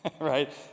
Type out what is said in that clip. Right